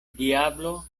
diablo